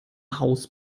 haus